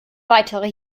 weitere